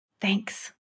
Thanks